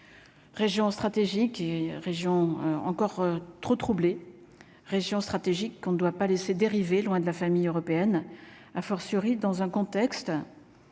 Région stratégique et région encore trop troublé région stratégique qu'on ne doit pas laisser dériver loin de la famille européenne, a fortiori dans un contexte